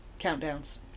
countdowns